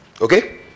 Okay